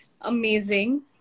Amazing